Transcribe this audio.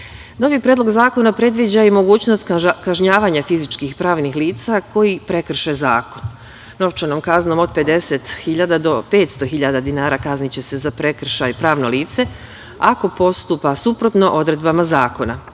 broj. Novi predlog zakona predviđa i mogućnost kažnjavanja fizičkih i pravnih lica koji prekrše zakon. Novčanom od 50 hiljada do 500 hiljada kazniće se za prekršaj pravno lice ako postupa suprotno odredbama zakona.